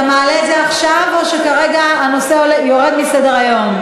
אתה מעלה את זה עכשיו או שכרגע הנושא יורד מסדר-היום?